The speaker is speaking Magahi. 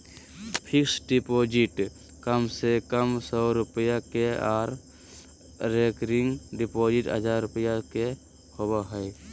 फिक्स्ड डिपॉजिट कम से कम सौ रुपया के आर रेकरिंग डिपॉजिट हजार रुपया के होबय हय